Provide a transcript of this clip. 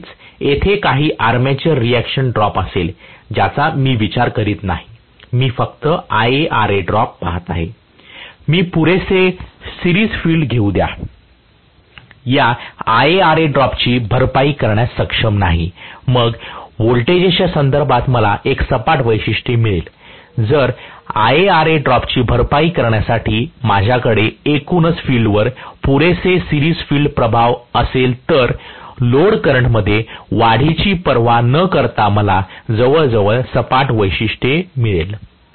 नक्कीच येथे काही आर्मेचर रिएक्शन ड्रॉप असेल ज्याचा मी विचार करीत नाही मी फक्त IaRa ड्रॉप पहात आहे मी पुरेसे सिरिज फील्ड देऊन या IaRa ड्रॉपची भरपाई करण्यास सक्षम नाही मग व्होल्टेजेसच्या संदर्भात मला एक सपाट वैशिष्ट्य मिळेल जर IaRa ड्रॉपची भरपाई करण्यासाठी माझ्याकडे एकूणच फील्डवर पुरेसे सिरिज फील्ड प्रभाव असेल तर लोड करंट मध्ये वाढीची पर्वा न करता मला जवळजवळ सपाट वैशिष्ट्य मिळेल